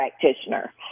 practitioner